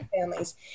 families